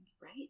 Right